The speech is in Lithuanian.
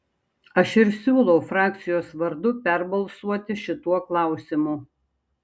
aš ir siūlau frakcijos vardu perbalsuoti šituo klausimu